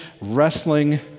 wrestling